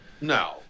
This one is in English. No